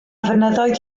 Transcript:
fynyddoedd